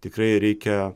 tikrai reikia